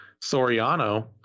Soriano